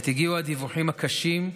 עת הגיעו הדיווחים הקשים,